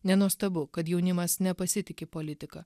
nenuostabu kad jaunimas nepasitiki politika